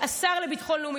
השר לביטחון לאומי,